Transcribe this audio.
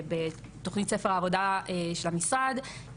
בתכנית ספר העבודה של המשרד,